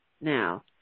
now